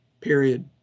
period